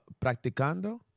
practicando